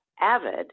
Avid